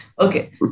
Okay